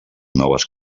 noves